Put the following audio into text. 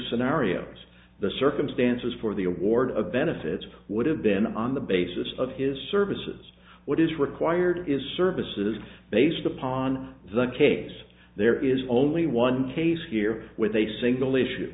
scenarios the circumstances for the award of benefits would have been on the basis of his services what is required is services based upon the case there is only one case here with a single issue